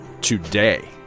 today